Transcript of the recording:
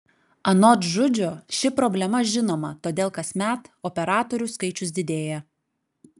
anot žudžio ši problema žinoma todėl kasmet operatorių skaičius didėja